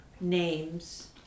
names